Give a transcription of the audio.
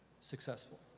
successful